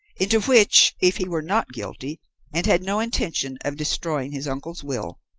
into which, if he were not guilty and had no intention of destroying his uncle's will,